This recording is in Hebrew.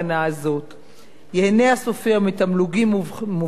ייהנה הסופר מתמלוגים מובטחים בשיעור של